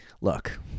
Look